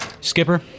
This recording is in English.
Skipper